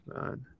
man